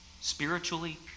spiritually